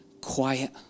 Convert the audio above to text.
quiet